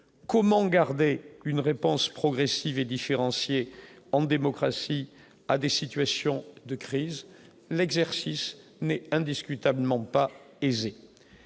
comment garder une réponse progressive et différenciée en démocratie, à des situations de crise l'exercice mais indiscutablement pas aisée,